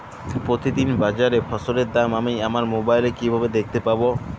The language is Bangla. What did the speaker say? প্রতিদিন বাজারে ফসলের দাম আমি আমার মোবাইলে কিভাবে দেখতে পাব?